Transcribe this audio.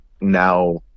now